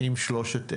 עם שלושת אלה.